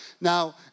Now